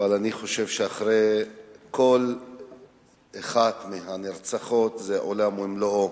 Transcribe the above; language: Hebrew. אבל אני חושב שכל אחת מהנרצחות זה עולם ומלואו.